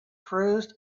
cruised